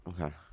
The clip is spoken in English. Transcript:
Okay